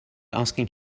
asking